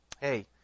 hey